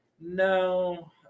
No